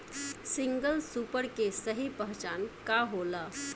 Single super के सही पहचान का होला?